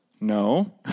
No